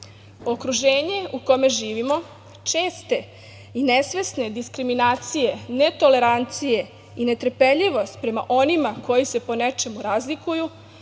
prava. Okruženje u kome živimo česte i nesvesne diskriminacije, netolerancije i netrpeljivost prema onima koji se po nečemu razlikuju,